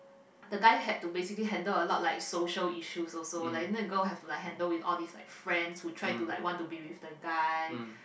the guy had to basically handle a lot like social issues also like the girl had to like handle with all this like friends who try to like want be with the guy